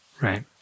Right